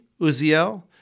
Uziel